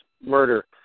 murder